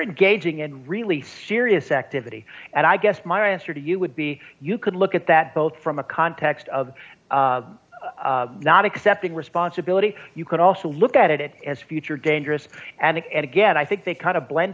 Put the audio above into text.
engaging in really serious activity and i guess my answer to you would be you could look at that both from a context of not accepting responsibility you can also look at it as future dangerous and again i think they kind of blend